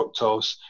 fructose